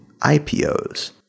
IPOs